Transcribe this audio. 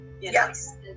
Yes